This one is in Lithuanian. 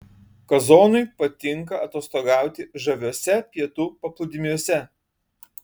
kazonui patinka atostogauti žaviuose pietų paplūdimiuose